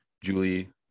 Julie